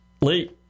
lee